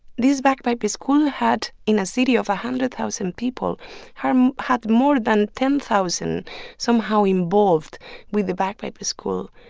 this bagpiper school had, in a city of one hundred thousand people had um had more than ten thousand somehow involved with the bagpiper school.